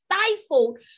stifled